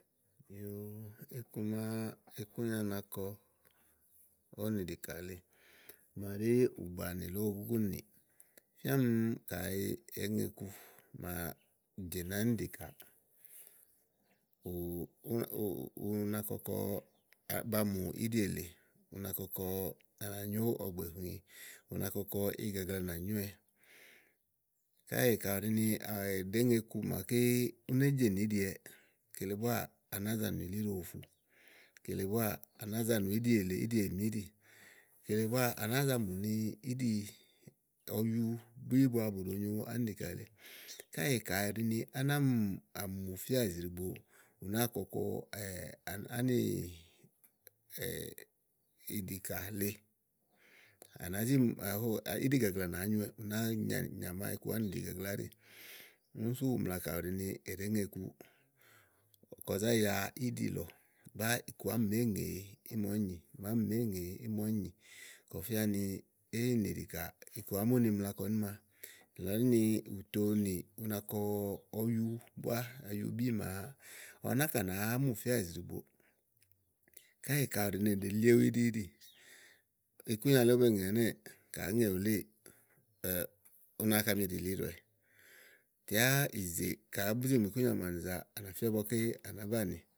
Yòò iku máa ikúnya na kɔ nìɖìkà lèe, màa ɖí ùgbàanì lóó, ugùgùnì. Ì fiá ɔmi kayi èé ŋe iku màa jènì ánìɖìkàà, u na kɔkɔ ba mù iɖì èle. U na kɔkɔ à nà nyò ɔ̀gbè hũi, u na kɔkɔ íɖìgaglanà nya wɛ. Káèè kayi èɖèé ŋe iku màa né néjenìíɖiwɛ, kele búá, à nàáa zo nú ilíɖo ùfu. Kele búá à nàáa za nù íɖì èle èmiɖì. Kele búáà à nàáa za nu íɖì, ayubí kpibua bu ɖo nyo ánìɖìkà lèe, káèè kayi á nà mì mùfía ìzì ɖiígbo, ù nàáa kɔkɔ áni ánìɖìkà lèe, íɖìgagla nàáa nyówɛɛ̀. Ú nàáa nyàmà iku ániɖìkà búá áɖì. Úni sú ù mla ni kayi è ɖèé ŋe iku, kɔ zá ya íɖì lɔ báá iku àámi màa éyi ŋèe ímɛ̀ úni nyì kɔ fía ni éènìɖìkà iku àámi úni mla kɔ níma. Nìlɔ ɖini kìtòo nì u na kɔ ɔyu búá, ayubì màa ɔwɛ náka nàáa mu fía ìzì ɖìigboò. Káèè kaɖi è ɖe líéwu íɖì, iku nya le ówó be ŋè ɛnɛ́ɛ̀ kayi èé ŋe wu léè tè ú nà áŋka míɖi ilíɖowɛ Tè yá ìzè kayi èé zi mù ikúnyà máaɖu nìzàa tè à nà fía ígbɔké à nàá banìi.